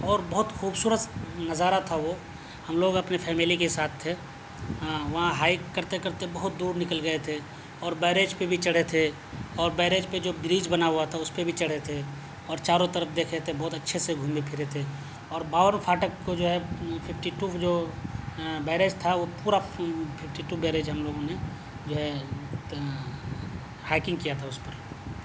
اور بہت خوبصورت نظارہ تھا وہ ہم لوگ اپنے فیملی کے ساتھ تھے ہاں وہاں ہائک کرتے کرتے بہت دور نکل گئے تھے اور بیریج پہ بھی چڑھے تھے اور بیریج پہ جو بریج بنا ہوا تھا اس پہ بھی چڑھے تھے اور چاروں طرف دیکھے تھے بہت اچھے سے گھومے پھرے تھے اور باون پھاٹک کو جو ہے ففٹی ٹو جو بیریج تھا وہ پورا ففٹی ٹو بیریج ہم لوگوں نے جو ہے ہائکنگ کیا تھا اس پر